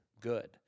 good